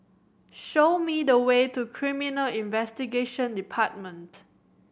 show me the way to Criminal Investigation Department